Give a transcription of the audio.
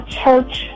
church